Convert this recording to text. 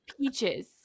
peaches